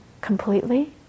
completely